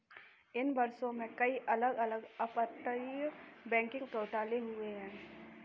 इन वर्षों में, कई अलग अलग अपतटीय बैंकिंग घोटाले हुए हैं